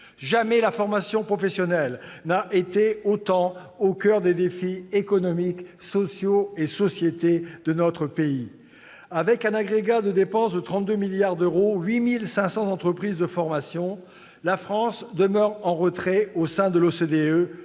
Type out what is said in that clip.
Jamais la formation professionnelle n'a autant été au coeur des défis économiques, sociaux et sociétaux de notre pays. Avec un agrégat de dépenses de 32 milliards d'euros et 8 500 entreprises de formation, la France demeure en retrait au sein de l'OCDE,